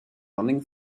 running